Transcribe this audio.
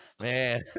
Man